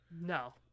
No